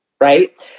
right